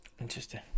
Interesting